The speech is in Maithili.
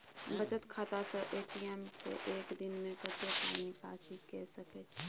बचत खाता स ए.टी.एम से एक दिन में कत्ते पाई निकासी के सके छि?